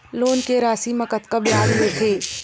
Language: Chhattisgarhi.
लोन के राशि मा कतका ब्याज मिलथे?